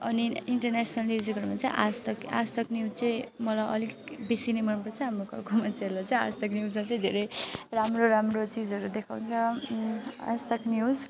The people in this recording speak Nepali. अनि इन्टरनेसनल न्युजहरूमा चाहिँ आजतक आजतक न्युज चाहिँ मलाई अलिक बेसी नै मनपर्छ हाम्रो गाउँको मान्छेहरूलाई चाहिँ आजतक न्युजलाई चाहिँ धेरै राम्रो राम्रो चिजहरू देखाउँछ आजतक न्युज